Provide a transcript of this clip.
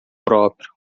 próprio